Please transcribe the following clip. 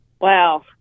Wow